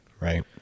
Right